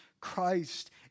Christ